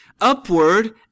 upward